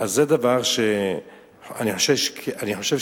זה דבר שאני חושב שכמדיניות